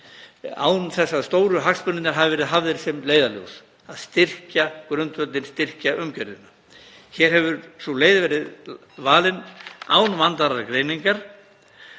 án þess að stóru hagsmunirnir hafi verið hafðir sem leiðarljós, að styrkja grundvöllinn, styrkja umgjörðina. Hér hefur sú leið verið valin án vandaðrar greiningar